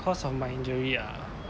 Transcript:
cause of my injury ah